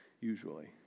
usually